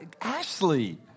Ashley